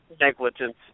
negligence